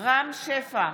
רם שפע,